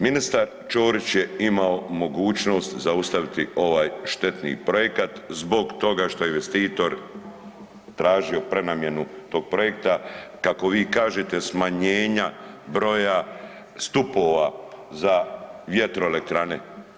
Ministar Ćorić je imao mogućnost zaustaviti ovaj štetni projekat zbog toga što je investitor tražio prenamjenu tog projekta kako vi kažete smanjenja broja stupova za VE.